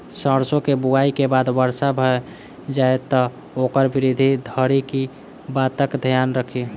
सैरसो केँ बुआई केँ बाद वर्षा भऽ जाय तऽ ओकर वृद्धि धरि की बातक ध्यान राखि?